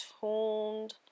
tuned